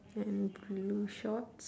and blue shorts